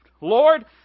Lord